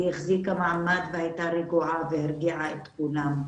היא החזיקה מעמד והייתה רגועה והרגיעה את כולם.